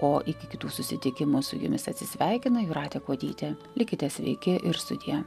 o iki kitų susitikimų su jumis atsisveikina jūratė kuodytė likite sveiki ir sudie